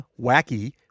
wacky